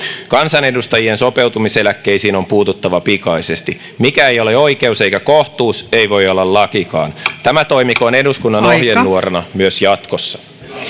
kansanedustajien sopeutumiseläkkeisiin on puututtava pikaisesti mikä ei ole oikeus eikä kohtuus ei voi olla lakikaan tämä toimikoon eduskunnan ohjenuorana myös jatkossa